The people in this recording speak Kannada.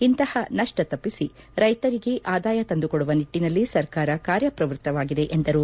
ಇಂತಹ ನಷ್ಟ ತಪ್ಪಿಸಿ ರೈತರಿಗೆ ಆದಾಯ ತಂದುಕೊಡುವ ನಿಟ್ಟಿನಲ್ಲಿ ಸರ್ಕಾರ ಕಾರ್ಯಪ್ರವೃತ್ತವಾಗಿದೆ ಎಂದರು